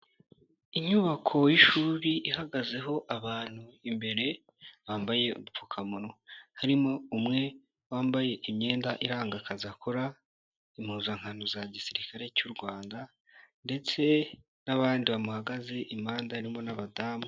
Inyubako y'ishuri ihagazeho abantu imbere bambaye udupfukamunwa, harimo umwe wambaye imyenda iranga akazi akora, impuzankano za gisirikare cy'u Rwanda, ndetse n'abandi bamuhagaze impande harimo n'abadamu.